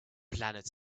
planet